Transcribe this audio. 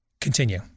Continue